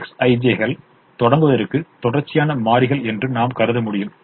Xij கள் தொடங்குவதற்கு தொடர்ச்சியான மாறிகள் என்று நாம் கருத முடியும்